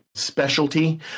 specialty